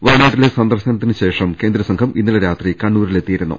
വയനാട്ടിലെ സന്ദർശനത്തിന് ശേഷം കേന്ദ്രസംഘം ഇന്നലെ രാത്രി കണ്ണൂരിൽ എത്തിയിരുന്നു